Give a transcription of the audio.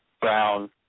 brown